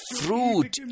fruit